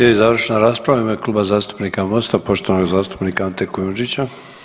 Slijedi završna rasprava u ime Kluba zastupnika Mosta, poštovanog zastupnika Ante Kujundžića.